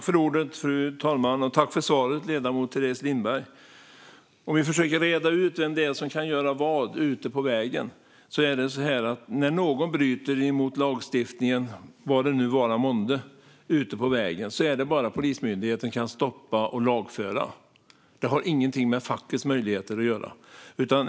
Fru talman! Jag tackar ledamot Teres Lindberg för svaret. Om vi försöker reda ut vem som kan göra vad ute på vägen är det så att när någon bryter mot lagstiftningen ute på vägen är det bara Polismyndigheten som kan stoppa och lagföra. Det har ingenting med fackets möjligheter att göra.